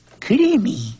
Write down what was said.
Creamy